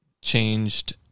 changed